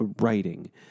writing